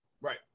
Right